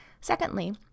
Secondly